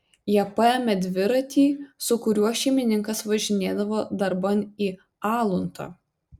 jie paėmė dviratį su kuriuo šeimininkas važinėdavo darban į aluntą